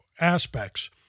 aspects